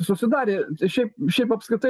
susidarė šiaip šiaip apskritai